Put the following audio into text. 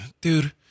dude